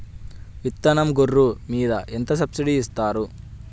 విత్తనం గొర్రు మీద ఎంత సబ్సిడీ ఇస్తారు?